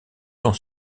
sont